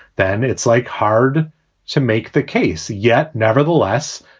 then it's like hard to make the case yet. nevertheless,